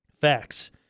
Facts